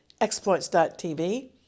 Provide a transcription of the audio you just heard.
exploits.tv